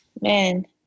Man